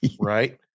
Right